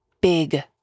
big